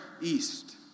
east